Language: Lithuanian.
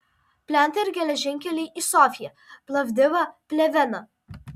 plentai ir geležinkeliai į sofiją plovdivą pleveną